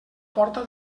porta